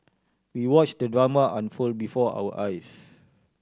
we watch the drama unfold before our eyes